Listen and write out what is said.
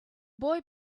boy